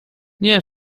nie